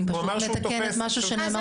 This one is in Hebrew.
אני פשוט מתקנת משהו שנאמר שהוא לא נכון.